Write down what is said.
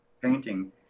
painting